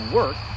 work